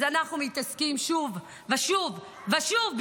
אז אנחנו מתעסקים שוב ושוב ושוב,